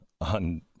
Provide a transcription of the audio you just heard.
on